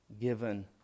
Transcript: given